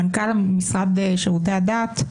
מנכ"ל משרד שירותי הדת,